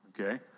okay